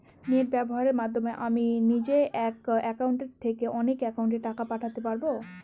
Net ব্যবহারের মাধ্যমে আমি নিজে এক অ্যাকাউন্টের থেকে অন্য অ্যাকাউন্টে টাকা পাঠাতে পারব?